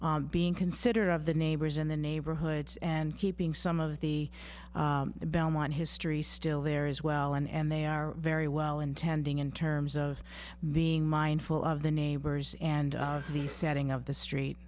being considerate of the neighbors in the neighborhoods and keeping some of the belmont history still there as well and they are very well intending in terms of being mindful of the neighbors and the setting of the street